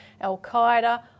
al-Qaeda